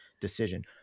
decision